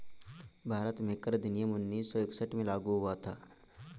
भारत में कर अधिनियम उन्नीस सौ इकसठ में लागू हुआ था